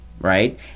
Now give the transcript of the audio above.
right